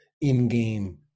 in-game